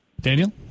Daniel